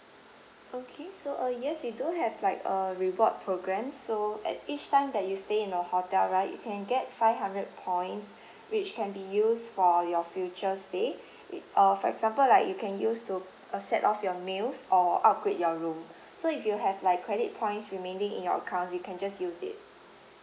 okay so uh yes we do have like uh reward program so at each time that you stay in the hotel right you can get five hundred points which can be used for your future stay it uh for example like you can use to set off your meals or upgrade your room so you have like credit points remaining in your accounts you can just use it